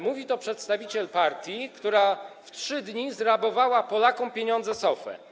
Mówi to przedstawiciel partii, która w 3 dni zrabowała Polakom pieniądze z OFE.